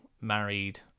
married